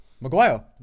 Maguire